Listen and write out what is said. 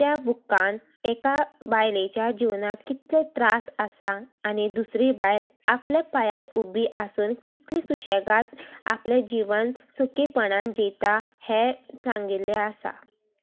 त्या बुकान एका बायलेच्या जिवनांत कितले त्रास आसा आनी दुसरी बायल आपल्या पांयार उबी आसून कितले सुशेगाद आपलें जिवन सुकीपणान जियेता हें सांगिल्लें आसा